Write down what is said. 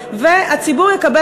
והלחץ הציבורי שנוצר,